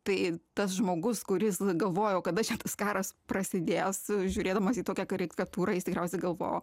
tai tas žmogus kuris galvojo kada čia tas karas prasidės žiūrėdamas į tokią karikatūrą jis tikriausiai galvojo